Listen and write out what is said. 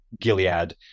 Gilead